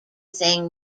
thing